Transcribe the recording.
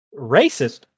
Racist